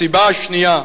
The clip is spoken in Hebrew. הסיבה השנייה,